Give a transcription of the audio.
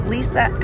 Lisa